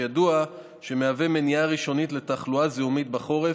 שידוע שמהווה מניעה ראשונית לתחלואה זיהומית בחורף,